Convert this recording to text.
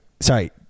sorry